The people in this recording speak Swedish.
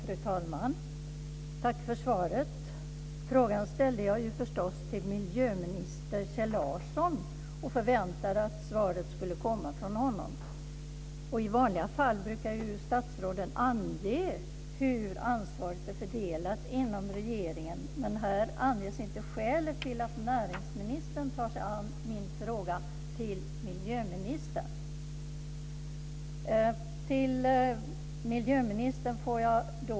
Fru talman! Tack för svaret. Jag ställde frågan till miljöminister Kjell Larsson och förväntade att svaret skulle komma från honom. I vanliga fall brukar statsråden ange hur ansvaret är fördelat inom regeringen, men här anges inte skälet till att näringsministern tar sig an min fråga till miljöministern. Jag får återkomma till miljöministern.